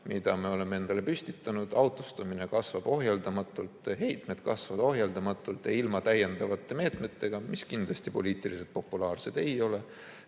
mis me oleme endale püstitanud. Autostumine kasvab ohjeldamatult, heitmed kasvavad ohjeldamatult ja ilma täiendavate meetmeteta, mis kindlasti poliitiliselt populaarsed ei ole,